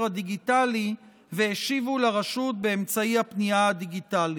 הדיגיטלי והשיבו לרשות באמצעי הפנייה הדיגיטלית.